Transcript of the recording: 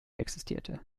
existierte